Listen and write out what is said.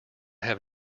have